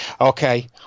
okay